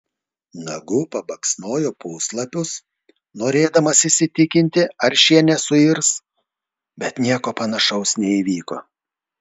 nagu pabaksnojo puslapius norėdamas įsitikinti ar šie nesuirs bet nieko panašaus neįvyko